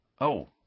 Oh